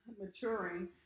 maturing